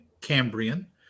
Cambrian